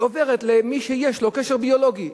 עוברת למי שיש לו קשר ביולוגי.